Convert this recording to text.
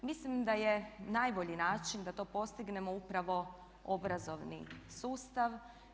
Mislim da je najbolji način da to postignemo upravo obrazovni sustav.